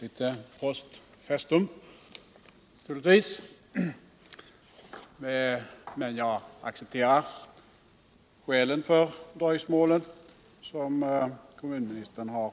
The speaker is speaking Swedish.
litet post festum, men jag accepterar de skäl för dröjsmålet som kommunministern